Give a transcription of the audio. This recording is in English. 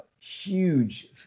huge